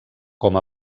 com